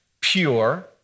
pure